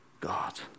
God